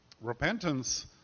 Repentance